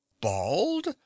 Bald